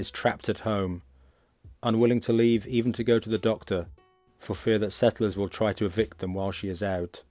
is trapped at home unwilling to leave even to go to the doctor for fear that settlers will try to a victim while she is out